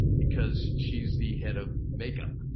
because she's the head of makeup.